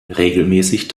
regelmäßig